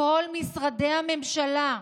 כל משרדי הממשלה,